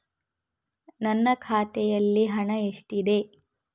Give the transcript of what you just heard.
ನನ್ನ ಖಾತೆಯಲ್ಲಿ ಹಣ ಎಷ್ಟಿದೆ?